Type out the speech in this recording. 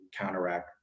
counteract